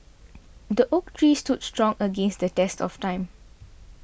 the oak tree stood strong against the test of time